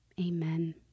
Amen